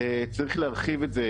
צריך להרחיב את זה,